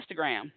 Instagram